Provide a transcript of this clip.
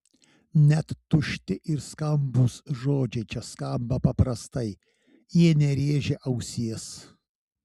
net tušti ir skambūs žodžiai čia skamba paprastai jie nerėžia ausies